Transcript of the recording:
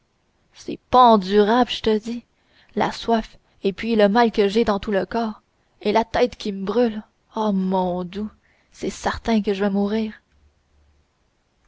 c'est pas endurable je te dis la soif et puis le mal que j'ai dans tout le corps et la tête qui me brûle oh mon dou c'est certain que je vas mourir